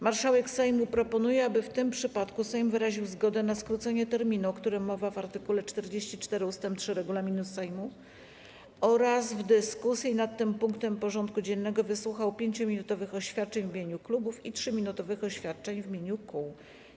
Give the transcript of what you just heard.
Marszałek Sejmu proponuje, aby w tym przypadku Sejm wyraził zgodę na skrócenie terminu, o którym mowa w art. 44 ust. 3 regulaminu Sejmu, oraz w dyskusji nad tym punktem porządku dziennego wysłuchał 5-minutowych oświadczeń w imieniu klubów i 3-minutowych oświadczeń w imieniu kół.